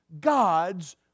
God's